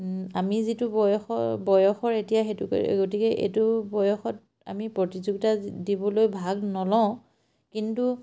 আমি যিটো বয়স বয়সৰ এতিয়া সেইটো গতিকে এইটো বয়সত আমি প্ৰতিযোগিতা দিবলৈ ভাগ নলওঁ কিন্তু